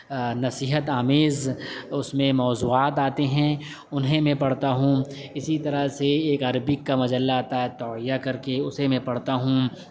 نصیحت آمیز اس میں موضوعات آتے ہیں انہیں میں پڑھتا ہوں اسی طرح سے ایک عربک کا مجلہ آتا ہے توعیہ کر کے اسے میں پڑھتا ہوں